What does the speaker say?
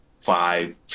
five